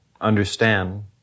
understand